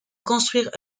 construire